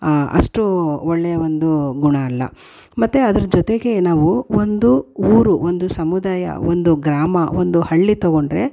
ಅಷ್ಟೂ ಒಳ್ಳೆಯ ಒಂದು ಗುಣ ಅಲ್ಲ ಮತ್ತು ಅದ್ರ ಜೊತೆಗೆ ನಾವು ಒಂದು ಊರು ಒಂದು ಸಮುದಾಯ ಒಂದು ಗ್ರಾಮ ಒಂದು ಹಳ್ಳಿ ತಗೊಂಡರೆ